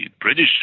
British